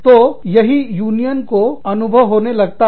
तो यही यूनियन को अनुभव होने लगता है